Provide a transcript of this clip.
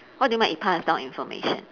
what do you mean by it pass down information